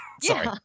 Sorry